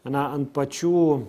na ant pačių